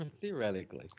Theoretically